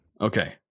Okay